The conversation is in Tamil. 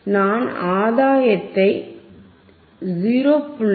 நான் ஆதாயத்தை 0